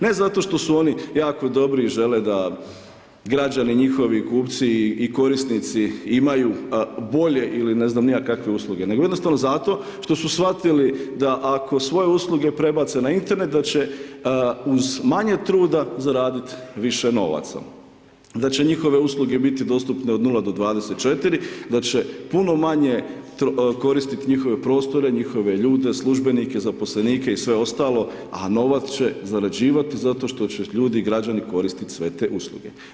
Ne zato što su oni jako dobro i žele da građani, njihovi kupci i korisnici imaju bolje ili ne znam ni ja kakve usluge, nego jednostavno zato što su shvatili da ako svoje usluge prebace na Internet, da će uz manje truda zaradit više novaca, da će njihove usluge biti dostupne od 0 do 24, da će puno manje koristiti njihove prostore, njihove ljude, službenike, zaposlenike i sve ostalo a novac će zarađivati zato što će ljudi i građani koristit sve te usluge.